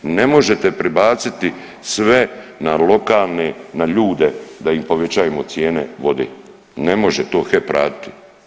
Ne možete prebaciti sve na lokalne, na ljude da im povećajemo cijene vode, ne može to HEP raditi.